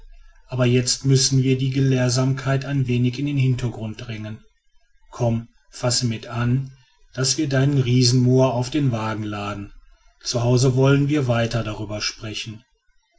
aber jetzt müssen wir die gelehrsamkeit ein wenig in den hintergrund drängen komm fasse mit an daß wir deinen riesen moa auf den wagen laden zu hause wollen wir weiter darüber sprechen